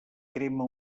crema